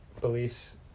beliefs